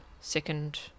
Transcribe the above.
second